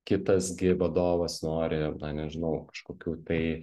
kitas gi vadovas nori na nežinau kažkokių tai